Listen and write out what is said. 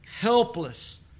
helpless